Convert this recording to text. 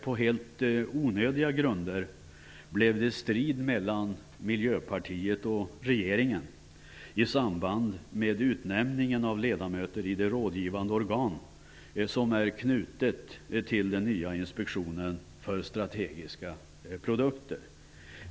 På helt onödiga grunder blev det strid mellan miljöpartiet och regeringen i samband med utnämningen av ledamöter i det rådgivande organ som är knutet till den nya inspektionen för strategiska produkter.